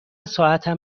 ساعتم